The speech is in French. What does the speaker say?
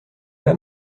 pas